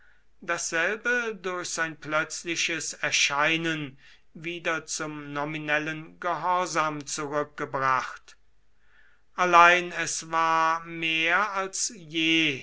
dasselbe durch sein plötzliches erscheinen wieder zum nominellen gehorsam zurückgebracht allein es war mehr als je